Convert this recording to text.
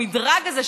במדרג הזה,